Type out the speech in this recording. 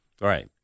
Right